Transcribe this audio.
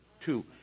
two